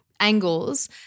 Angles